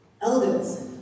Elders